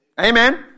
Amen